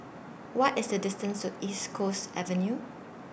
What IS The distance to East Coast Avenue